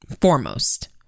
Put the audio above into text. foremost